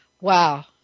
Wow